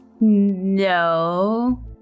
No